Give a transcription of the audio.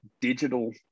digital